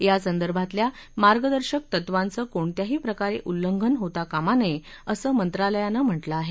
यासंदर्भातल्या मार्गदर्शक तत्वांचं कोणत्याही प्रकारे उल्लंघन होत कामा नये असं मंत्रालयानं म्हटलं आहे